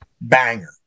banger